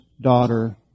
daughter